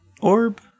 orb